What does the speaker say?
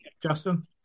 Justin